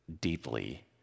deeply